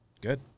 Good